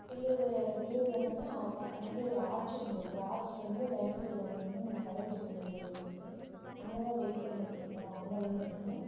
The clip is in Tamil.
பில்லூர் பில்லூர் வந்தோன்னே ஆப் பக் அங்கேயே ஒரு ஆர்ச் ஒனருக்கு ஆர்ச்லருந்து ரைட் சைடு வந்திங்கன்னா படைவெட்டி அம்மன் கோயில் இருக்கு அங்கே தான் வெயிட் பண்ணிட்டுருக்கோம் அங்கே வந்துருங்க